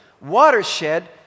watershed